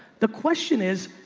the question is,